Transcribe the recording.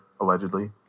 allegedly